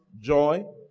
joy